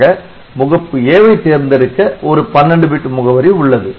ஆக முகப்பு A வை தேர்ந்தெடுக்க ஒரு 12 பிட் முகவரி உள்ளது